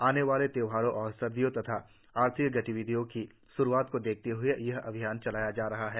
आने वाले तयोहारों और सर्दियों तथा आर्थिक गतिविधियों की श्रुआत को देखते हए यह अभियान चलाया जा रहा है